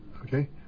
Okay